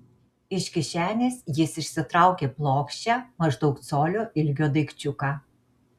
iš kišenės jis išsitraukė plokščią maždaug colio ilgio daikčiuką